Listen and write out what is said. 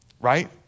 Right